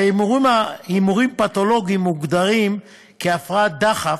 הימורים פתולוגיים מוגדרים כהפרעת דחף,